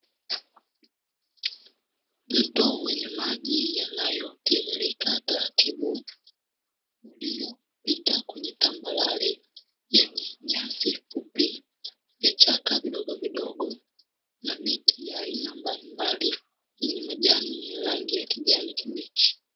Mto wenye maji yanayo tiririka taratibu uliopita kwenye tambarare yenye nyasi fupi ,vichaka vidogo vidogo na miti ya aina mbalimbali yenye majani yenye rangi ya kijani kibichi.